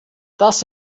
das